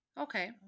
Okay